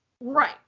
Right